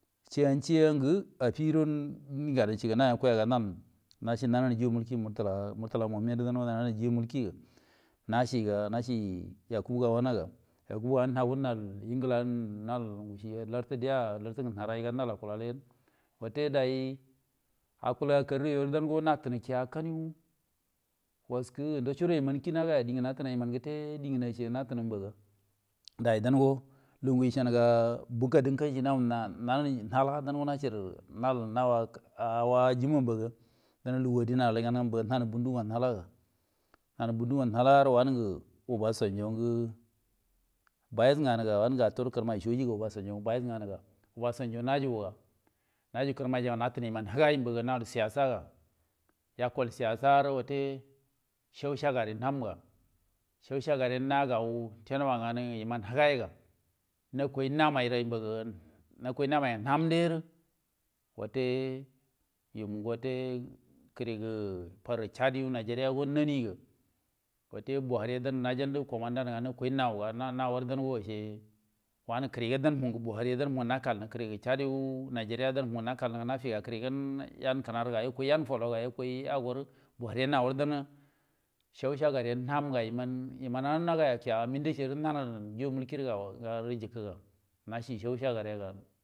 Ciyen ciyen nge afidugo di ngadan ci naji wora nan naci juyin mulki murtala muhamma wo juyin mulki yano murtala ohamme ya nan juyin mulki naciga naci yakubu gawon wo yakubu wani hagudu bilan nal larti dia naharai nga nal acula wuti dai acula kar re yero ngu naknu cha kakkinui wokki do ndot togudo kəa kie mu di ngerai nutumu ga dai dango lugu kuni ga buka dimka nauwo naunu hala dan wo nawuni awa junamba dan wo na lugu adin wo mun nan bunduwu a dan hala wo nan bunchiwo nan halawa obasanjonge vice nganiglangin yo vice nganiga yo obasanjo najua naji kirmai nahunai yiman higai mba namu siyasan mba ya tal siyasa mbare, shehu shagari nam ga, shehu shagari nagau wa wani yiman higai wo nakoi namai renba, nakoi namai hamre wute yimunga wute kirigi farre chadiwo najeriya wo naniga wute buhari wo jendo neji comandawo nau, nauwaro ice wani kirigo dan mu hire re nakalmu kirigi chad kiriw nijeriya wo kirigen yaji kinehar nga yan hologa yukoi ri buhari yangi, shehu shagari yo nan ga yiman wo nagaya kia minda namai no juyin mulkiri naci shehu shagari yu.